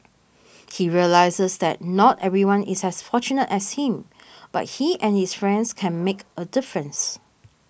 he realises that not everyone is as fortunate as him but he and his friends can make a difference